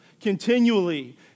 continually